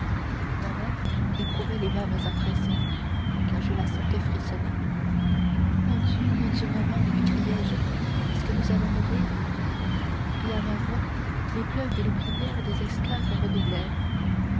ma mère éprouvait les mêmes impressions car je la sentais frissonner mon dieu mon dieu maman m'écriai-je est-ce que nous allons mourir et à ma voix les pleurs et les prières des esclaves